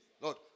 Lord